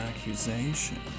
accusation